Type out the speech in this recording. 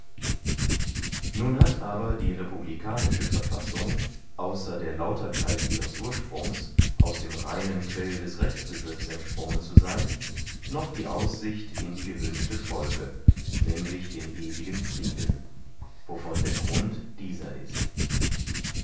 nun hat aber die republikanische verfassung außer der lauterkeit ihres ursprungs aus dem reinen quell des rechtsbegriffs entsprungen zu seyn noch die aussicht in die gewünschte folge nämlich den ewigen frieden wovon der grund dieser ist